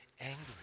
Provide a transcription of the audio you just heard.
angry